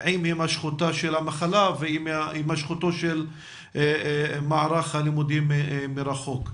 עם הימשכות המחלה והימשכותו שלמערך הלימודים מרחוק.